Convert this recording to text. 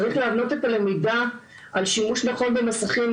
צריך להבנות את הלמידה על שימוש נכון במסכים,